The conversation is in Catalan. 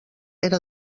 era